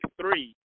Three